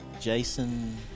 Jason